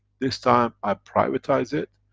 this time i privatize it,